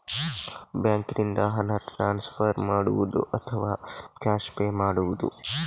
ಬ್ಯಾಂಕಿನಿಂದ ಹಣ ಟ್ರಾನ್ಸ್ಫರ್ ಮಾಡುವುದ ಅಥವಾ ಕ್ಯಾಶ್ ಪೇ ಮಾಡುವುದು?